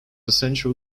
central